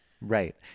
Right